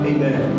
Amen